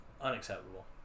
unacceptable